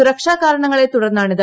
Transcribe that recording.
സുരക്ഷാ കാരണങ്ങളെ തുടർന്നാണിത്